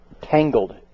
Tangled